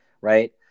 Right